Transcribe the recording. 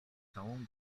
całą